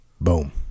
Boom